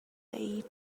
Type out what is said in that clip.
they